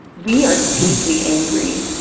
we are deeply angry.